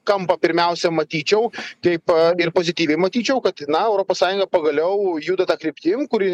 kampą pirmiausia matyčiau taip a ir pozityviai matyčiau kad na europos sąjunga pagaliau juda ta kryptim kuri